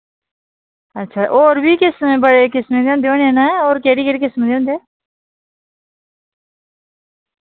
अच्छा और वि किस्म बड़े किस्में दे होंदे होने न और केह्ड़ी केह्ड़ी किस्म दे होंदे